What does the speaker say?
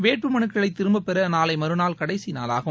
வேட்புமனுக்களைதிரும்பப்பெறநாளைமறுநாள் கடைசிநாளாகும்